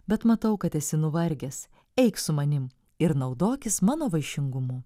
bet matau kad esi nuvargęs eik su manim ir naudokis mano vaišingumu